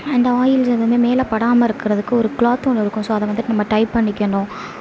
அந்த ஆயில்ஸ் எதுவுமே மேலே படாம இருக்கிறதுக்கு ஒரு கிளாத்து ஒன்று இருக்கும் ஸோ அதை வந்துட்டு நம்ம டை பண்ணிக்கணும்